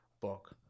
book